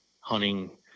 hunting